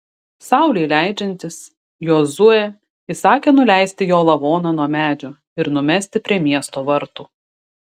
saulei leidžiantis jozuė įsakė nuleisti jo lavoną nuo medžio ir numesti prie miesto vartų